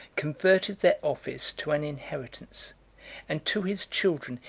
converted their office to an inheritance and to his children,